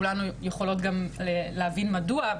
שבכתובת הזאת אישה תקבל את מה שמגיע לה לקבל ככל